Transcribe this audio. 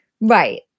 Right